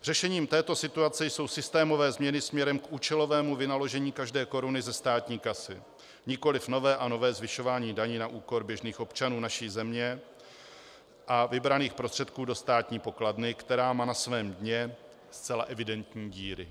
Řešením této situace jsou systémové změny směrem k účelovému vynaložení každé koruny ze státní kasy, nikoliv nové a nové zvyšování daní na úkor běžných občanů naší země a vybraných prostředků do státní pokladny, která má na svém dně zcela evidentní díry.